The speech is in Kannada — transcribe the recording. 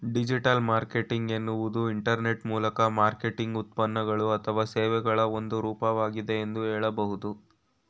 ಡಿಜಿಟಲ್ ಮಾರ್ಕೆಟಿಂಗ್ ಎನ್ನುವುದು ಇಂಟರ್ನೆಟ್ ಮೂಲಕ ಮಾರ್ಕೆಟಿಂಗ್ ಉತ್ಪನ್ನಗಳು ಅಥವಾ ಸೇವೆಗಳ ಒಂದು ರೂಪವಾಗಿದೆ ಎಂದು ಹೇಳಬಹುದು